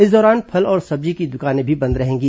इस दौरान फल और सब्जी की दुकानें भी बंद रहेंगी